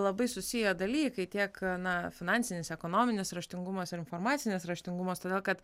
labai susiję dalykai tiek na finansinis ekonominis raštingumas ir informacinis raštingumas todėl kad